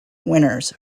winners